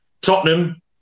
Tottenham